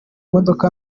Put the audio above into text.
modoka